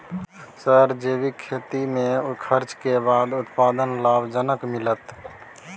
Sir जैविक खेती में खर्च के बाद उत्पादन लाभ जनक मिलत?